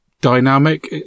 dynamic